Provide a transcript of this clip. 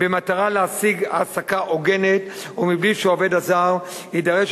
במטרה להשיג העסקה הוגנת ובלי שהעובד הזה יידרש